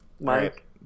Mike